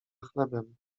chlebem